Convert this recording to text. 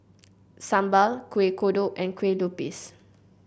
sambal Kuih Kodok and Kueh Lupis